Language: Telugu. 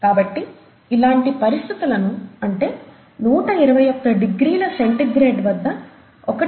కాబట్టి ఇలాంటి పరిస్థితులను అంటే 121 డిగ్రీల సెంటీగ్రేడ్ వద్ద 1